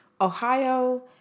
Ohio